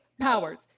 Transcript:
powers